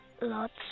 lots